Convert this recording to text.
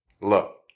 Look